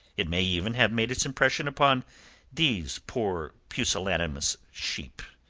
it may even have made its impression upon these poor pusillanimous sheep.